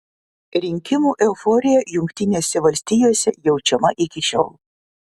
rinkimų euforija jungtinėse valstijose jaučiama iki šiol